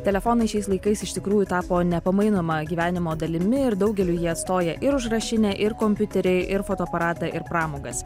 telefonai šiais laikais iš tikrųjų tapo nepamainoma gyvenimo dalimi ir daugeliui jie atstoja ir užrašinę ir kompiuterį ir fotoaparatą ir pramogas